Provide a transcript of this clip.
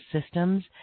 systems